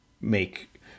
make